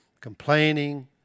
complaining